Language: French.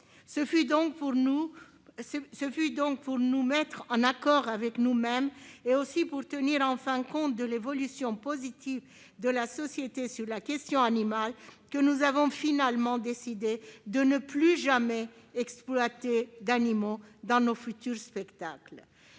Ce fut donc pour nous mettre en accord avec nous-mêmes, et aussi pour tenir enfin compte de l'évolution positive de la société sur la question animale, que nous avons finalement décidé de ne plus jamais exploiter d'animaux dans nos futurs spectacles.